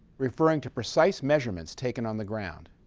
referring to precise measurements taken on the ground.